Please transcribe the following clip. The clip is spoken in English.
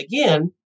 again